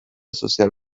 sozial